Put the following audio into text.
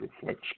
reflects